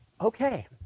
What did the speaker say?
okay